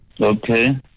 Okay